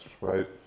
right